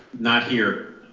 not here.